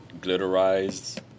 glitterized